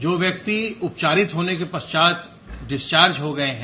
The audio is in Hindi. जो व्यक्ति उपचारित होने के पश्चात डिस्चार्ज हो गये हैं